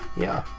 yeah.